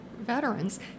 veterans